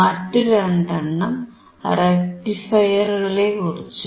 മറ്റു രണ്ടെണ്ണം റെക്ടിഫയറകളെക്കുറിച്ചും